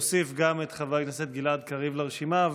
נוסיף גם את חבר הכנסת גלעד קריב לרשימה.